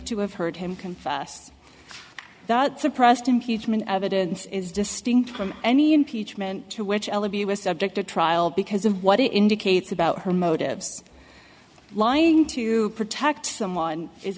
to have heard him confess that suppressed impeachment evidence is distinct from any impeachment to which all of us object to trial because of what it indicates about her motives lying to protect someone is